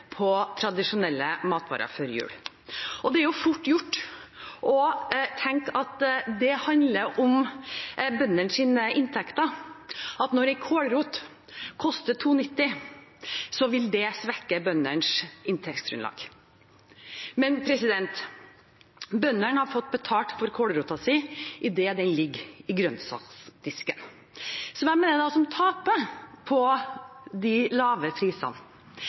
på tradisjonelle matvarer før jul. Det er fort gjort å tenke at det handler om bøndenes inntekter – at når en kålrot koster 2,90 kr, vil det svekke bøndenes inntektsgrunnlag – men bøndene har fått betalt for kålroten sin idet den ligger i grønnsaksdisken. Hvem er det da som taper på de lave prisene?